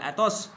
Atos